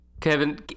Kevin